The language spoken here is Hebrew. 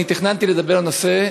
אני תכננתי לדבר על נושא,